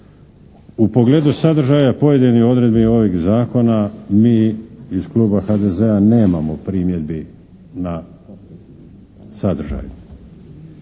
U pogledu sadržaja pojedinih odredbi ovog Zakona mi iz Kluba HDZ-a nemamo primjedbi na sadržaj.